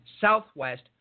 southwest